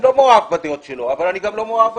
אני לא מאוהב בדעות שלו אבל אני גם לא מאוהב